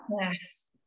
Yes